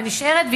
ונשארת,